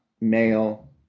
male